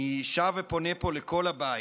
אני שב ופונה פה לכל הבית: